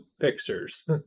pictures